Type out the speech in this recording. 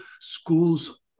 schools